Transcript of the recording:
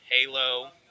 Halo